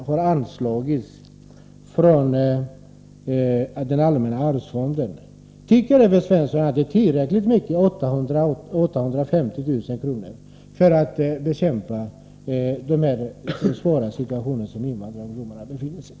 har anslagits från allmänna arvsfonden. Tycker Evert Svensson att det är tillräckligt mycket för att bekämpa den svåra situation som invandrarungdomarna befinner sig i?